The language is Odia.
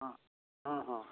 ହଁ ହଁ ହଁ